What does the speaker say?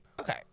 Okay